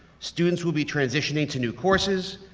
students will be transitioning to new courses.